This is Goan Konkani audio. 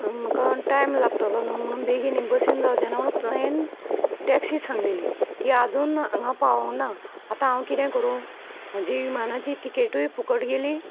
म्हाका टायम लागतलो न्हू म्हणोन बेगीन बसीन जावचें ना हांयेंन टॅक्सी सांगलेली ती आजून हांगा पावोंक ना आतां हांव कितें करूं म्हाजी इमानाची तिकेटूय फुकट गेली